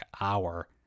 hour